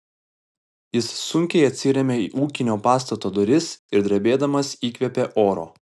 jis sunkiai atsirėmė į ūkinio pastato duris ir drebėdamas įkvėpė oro